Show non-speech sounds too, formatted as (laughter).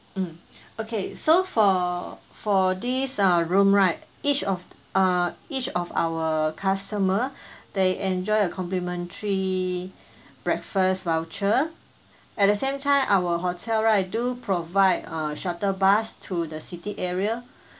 mm okay so for for this ah room right each of uh each of our customer (breath) they enjoy a complimentary breakfast voucher at the same time our hotel right do provide uh shuttle bus to the city area